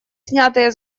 снятые